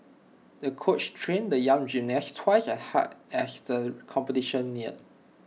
the coach trained the young gymnast twice as hard as the competition neared